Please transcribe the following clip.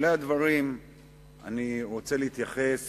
בשולי הדברים אני רוצה להתייחס